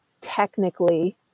technically